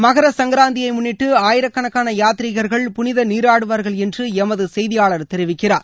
மகர சுங்கராந்தியை முன்னிட்டு ஆயிரக்கணக்கான யாத்திரிகர்கள் புனித நீராடுவார்கள் என்று எமது செய்தியாளர் தெரிவிக்கிறார்